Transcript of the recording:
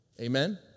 Amen